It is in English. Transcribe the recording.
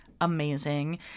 Amazing